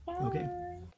Okay